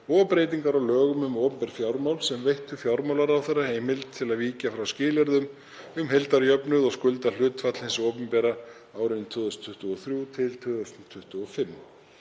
breytingar á lögum um opinber fjármál sem veittu fjármálaráðherra heimild til að víkja frá skilyrðum um heildarjöfnuð og skuldahlutfall hins opinbera árin 2023–2025.